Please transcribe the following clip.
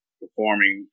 performing